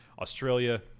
Australia